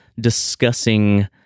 discussing